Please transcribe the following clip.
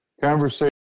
conversation